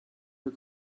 her